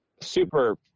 super